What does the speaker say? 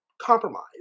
compromise